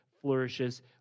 flourishes